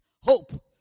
hope